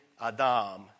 Adam